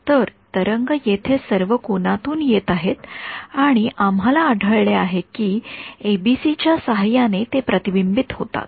तर तरंग येथे सर्व कोनातून येत आहेत आणि आम्हाला आढळले आहे की एबीसी च्या सहाय्याने ते प्रतिबिंबित होतात